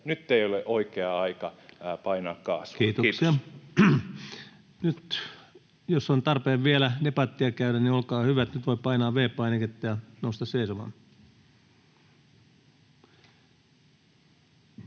nyt ei ole oikea aika painaa kaasua. — Kiitos. Kiitoksia. — Jos on tarpeen vielä debattia käydä, niin olkaa hyvät, nyt voi painaa V-painiketta ja nousta seisomaan. —